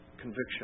conviction